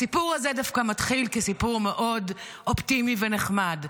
הסיפור הזה דווקא מתחיל כסיפור מאוד אופטימי ונחמד.